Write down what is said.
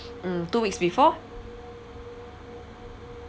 mm two weeks before